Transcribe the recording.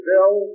Bill